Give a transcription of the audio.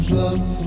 love